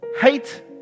Hate